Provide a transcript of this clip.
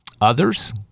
others